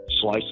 slice